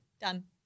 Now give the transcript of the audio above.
done